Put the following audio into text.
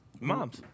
moms